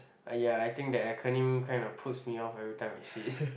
!aiya! I think that acronym kind of puts me off every time I see it